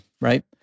right